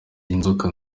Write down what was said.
inzoka